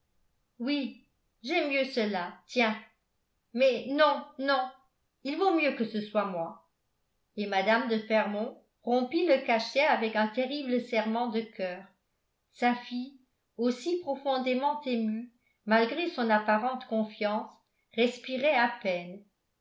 oui j'aime mieux cela tiens mais non non il vaut mieux que ce soit moi et mme de fermont rompit le cachet avec un terrible serrement de coeur sa fille aussi profondément émue malgré son apparente confiance respirait à peine